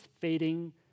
fading